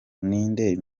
n’indi